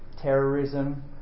terrorism